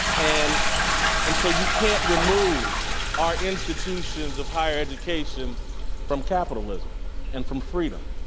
and and so you can't remove our institutions of higher education from capitalism and from freedom.